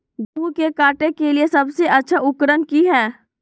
गेहूं के काटे के लिए सबसे अच्छा उकरन की है?